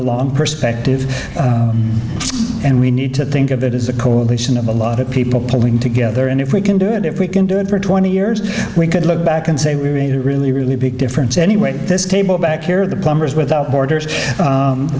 a long perspective and we need to think of it as a coalition of a lot of people pulling together and if we can do it if we can do it for twenty years we could look back and say we really really big difference anyway at this table back here the plumbers without borders